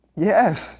Yes